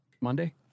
Monday